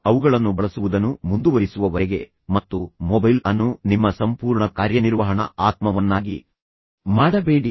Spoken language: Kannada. ಅವುಗಳನ್ನು ಬಳಸುವುದನ್ನು ಮುಂದುವರಿಸುವವರೆಗೆ ಮತ್ತು ಮೊಬೈಲ್ ಅನ್ನು ನಿಮ್ಮ ಸಂಪೂರ್ಣ ಕಾರ್ಯನಿರ್ವಹಣ ಆತ್ಮವನ್ನಾಗಿ ಮಾಡಬೇಡಿ